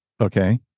Okay